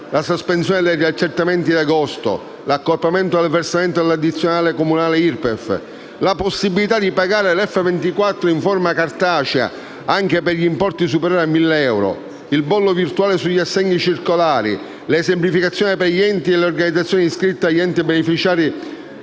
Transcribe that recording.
la sospensione degli accertamenti di agosto, l'accorpamento del versamento dell'addizionale comunale all'IRPEF, la possibilità di pagare l'F24 in forma cartacea anche per gli importi superiori ai 1000 euro, il bollo virtuale sugli assegni circolari, le semplificazioni per gli enti e le organizzazioni iscritte negli enti beneficiari